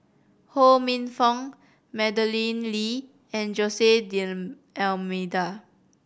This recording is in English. Ho Minfong Madeleine Lee and Jose D'Almeida